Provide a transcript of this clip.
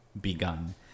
begun